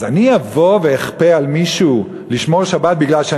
אז אני אבוא ואכפה על מישהו לשמור שבת משום